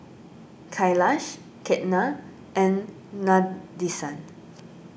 Kailash Ketna and Nadesan